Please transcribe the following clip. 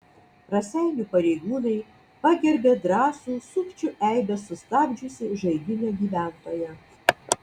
raseinių pareigūnai pagerbė drąsų sukčių eibes sustabdžiusį žaiginio gyventoją